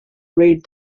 read